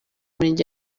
murenge